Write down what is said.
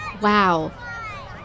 Wow